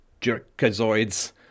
jerkazoids